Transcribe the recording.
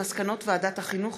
על מסקנות ועדת החינוך,